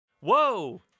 Whoa